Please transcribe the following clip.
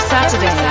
Saturday